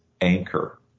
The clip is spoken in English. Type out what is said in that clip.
anchor